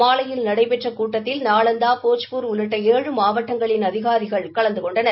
மாலையில் நடைபெற்ற கூட்டத்தில் நாலாந்தா போஜ்பூர் உள்ளிட்ட ஏழு மாவட்டங்களின் அதிகாரிகள் கலந்து கொண்டனர்